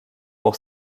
pour